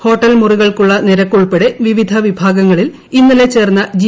hotel മുറികൾക്കുള്ള നിരക്ക് ക്കൾപ്പെടെ വിവിധ വിഭാഗങ്ങളിൽ ഇന്നലെ ചേർന്ന ജി